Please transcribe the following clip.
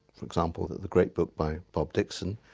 for example, the great book by bob dixon,